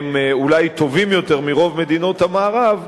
הם אולי טובים יותר מברוב מדינות המערב,